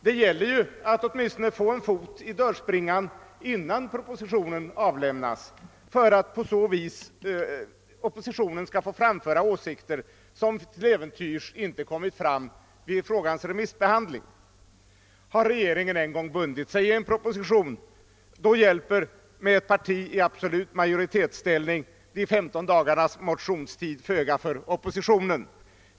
Det gäller ju att åtminstone få en fot i dörrspringan innan propositionen avlämnas, för att oppositionen på det sättet skall kunna framföra åsikter som till äventyrs inte kommit fram under frågans remissbehandling. Har regeringen en gång bundit sig i propositionen, så hjälper — med ett parti i absolut majoritetsställning — de 15 dagarnas motionstid föga för oppositionen.